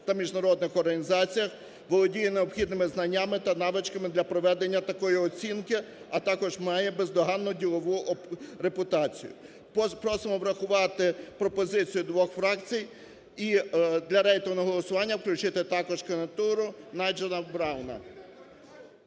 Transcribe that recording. та в міжнародних організаціях, володіє необхідними знаннями та навичками для проведення такої оцінки, а також має бездоганну ділову репутацію. Просимо врахувати пропозицію двох фракції і для рейтингового голосування включити також кандидатуру Найджела Брауна.